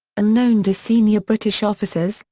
unknown to senior british officers,